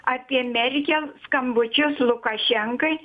apie merkel skambučius lukašenkai